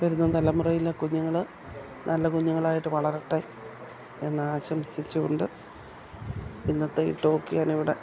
വരുന്ന തലമുറയിലെ കുഞ്ഞുങ്ങൾ നല്ല കുഞ്ഞുങ്ങളായിട്ട് വളരട്ടെ എന്ന് ആശംസിച്ചുകൊണ്ട് ഇന്നത്തെ ഈ ടോക്ക് ഞാനിവിടെ